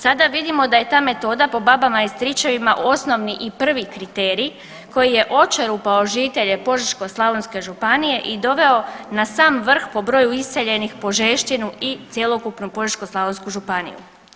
Sada vidimo da je ta metodama po babama i stričevima osnovni i prvi kriterij koji je očerupao žitelje Požeško-slavonske županije i doveo na sam vrh po broju iseljenih Požeščinu i cjelokupnu Poežeško-slavonsku županiju.